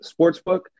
Sportsbook